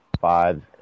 five